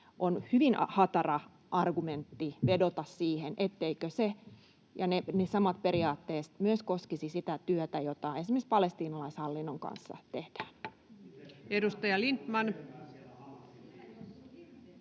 on hyvin hatara argumentti vedota siihen, etteivätkö ne samat periaatteet myös koskisi sitä työtä, jota esimerkiksi palestiinalaishallinnon kanssa tehdään. [Ben